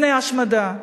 בפני השמדה.